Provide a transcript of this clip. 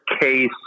case